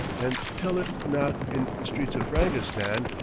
and tell it not in the streets of frangistan,